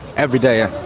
every day, yeah.